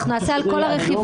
אנחנו נעשה על כל הרכיבים,